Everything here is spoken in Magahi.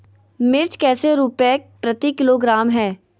मिर्च कैसे रुपए प्रति किलोग्राम है?